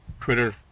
Twitter